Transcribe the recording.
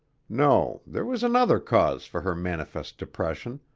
no, there was another cause for her manifest depression,